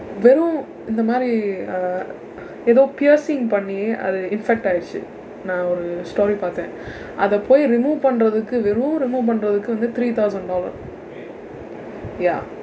வெறும் இந்த மாதிரி:verum indtha maathiri uh ஏதோ:eethoo piercing பண்ணி அது:panni athu infect ஆயிருச்சு நான் ஒரு:aayiruchsu naan oru story பார்த்தேன் அதை போய்:paarththeen athai pooy remove பண்றதுக்கு வேறும்:panrathukku verum remove பண்றதுக்கு வந்து:pandrathukku vanthu three thousand dollars ya